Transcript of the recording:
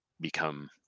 become